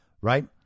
right